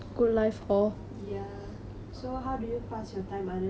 ya so how did you pass your time other than school